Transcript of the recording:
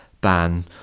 ban